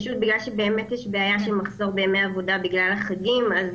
פשוט בגלל שבאמת יש בעיה של מחסור בימי עבודה בגלל החגים אז